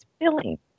filling